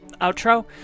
outro